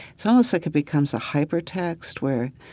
it's almost like it becomes a hypertext where,